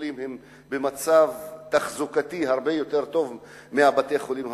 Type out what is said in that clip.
קופות-החולים הם במצב תחזוקתי הרבה יותר טוב מבתי-החולים הממשלתיים?